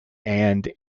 and